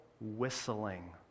whistling